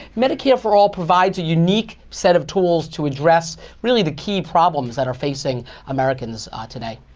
medicare for all provides a unique set of tools to address really the key problems that are facing americans ah today.